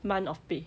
month of pay